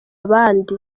abandi